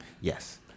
Yes